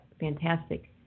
Fantastic